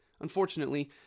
unfortunately